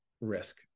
risk